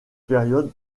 période